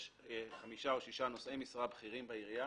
יש חמישה או שישה נושאי משרה בכירים בעירייה